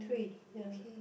three ya